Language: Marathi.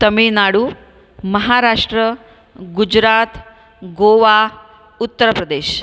तामीळनाडू महाराष्ट्र गुजरात गोवा उत्तरप्रदेश